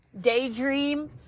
daydream